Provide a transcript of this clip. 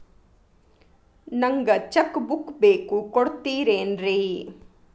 ನಂಗ cheque book ಬೇಕು ಕೊಡ್ತಿರೇನ್ರಿ?